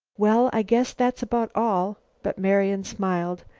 well, i guess that's about all, but marian smiled.